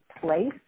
place